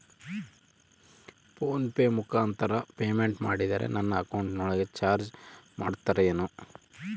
Phone pay ಮುಖಾಂತರ payment ಮಾಡಿದರೆ ನನ್ನ ಅಕೌಂಟಿನೊಳಗ ಚಾರ್ಜ್ ಮಾಡ್ತಿರೇನು?